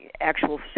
actual